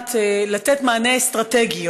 יודעת לתת מענה אסטרטגי,